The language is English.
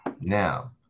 Now